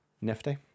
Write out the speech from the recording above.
Nifty